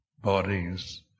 bodies